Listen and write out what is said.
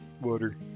Water